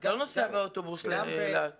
אתה לא נוסע באוטובוס לאילת.